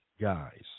guys